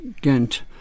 Ghent